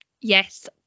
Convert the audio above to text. Yes